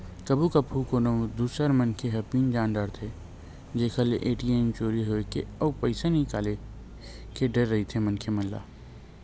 कभू कभू कोनो दूसर मनखे ह पिन जान डारथे जेखर ले ए.टी.एम चोरी होए के अउ पइसा निकाले के डर रहिथे मनखे मन ल